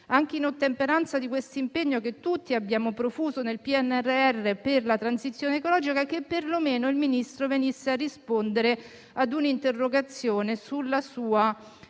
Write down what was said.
anche in ottemperanza dell'impegno che tutti abbiamo profuso nel PNRR per la transizione ecologica, che perlomeno il Ministro venisse a rispondere ad un'interrogazione sul suo